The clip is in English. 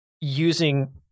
using